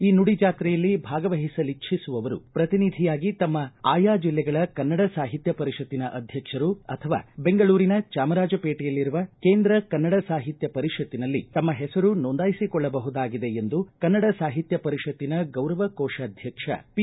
ಈ ನುಡಿ ಜಾತ್ರೆಯಲ್ಲಿ ಭಾಗವಹಿಸಲಿಟ್ಟಿಸುವವರು ಪ್ರತಿನಿಧಿಯಾಗಿ ತಮ್ಮ ಆಯಾ ಜಿಲ್ಲೆಗಳ ಕನ್ನಡ ಸಾಹಿತ್ಯ ಪರಿಷತ್ತಿನ ಅಧ್ಯಕ್ಷರು ಅಥವಾ ಬೆಂಗಳೂರಿನ ಚಾಮರಾಜಪೇಟೆಯಲ್ಲಿರುವ ಕೇಂದ್ರ ಕನ್ನಡ ಸಾಹಿತ್ಯ ಪರಿಷತ್ತಿನಲ್ಲಿ ತಮ್ಮ ಪೆಸರು ನೋಂದಾಯಿಸಿಕೊಳ್ಳಬಹುದಾಗಿದೆ ಎಂದು ಕನ್ನಡ ಸಾಹಿತ್ಯ ಪರಿಷತ್ತಿನ ಗೌರವ ಕೋಶಾಧ್ಯಕ್ಷ ಪಿ